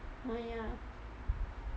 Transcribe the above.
oh ya